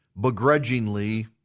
begrudgingly